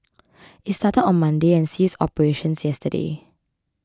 it started on Monday and ceased operations yesterday